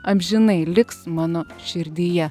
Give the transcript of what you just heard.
amžinai liks mano širdyje